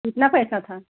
कितना पैसा था